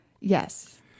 Yes